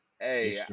Hey